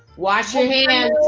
wash your hand.